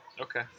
Okay